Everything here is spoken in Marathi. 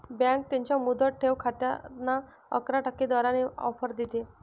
बँक त्यांच्या मुदत ठेव खात्यांना अकरा टक्के दराने ऑफर देते